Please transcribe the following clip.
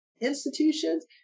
institutions